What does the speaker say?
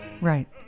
Right